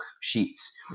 sheets